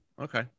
Okay